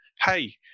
Hey